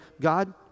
God